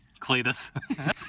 Cletus